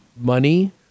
money